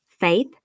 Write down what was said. faith